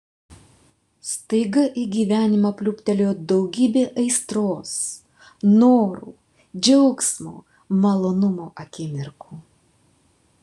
staiga į gyvenimą pliūptelėjo daugybė aistros norų džiaugsmo malonumo akimirkų